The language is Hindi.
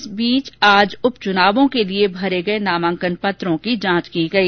इस बीच आज उप चुनावों के लिये भरे गये नामांकन पत्रों की जांच की गई